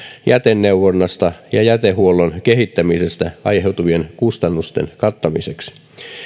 jäteneuvonnasta ja jätehuollon kehittämisestä aiheutuvien kustannusten kattamiseksi